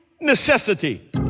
necessity